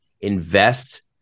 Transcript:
invest